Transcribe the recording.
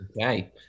Okay